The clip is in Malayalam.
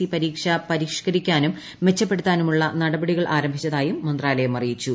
ഇ പരീക്ഷ പരിഷ്ക്കരിക്കാനും മെച്ചപ്പെട്ടുത്താനുമുള്ള നടപടികൾ ആരംഭിച്ചെന്നും മന്ത്രാലയം അറിയിച്ചു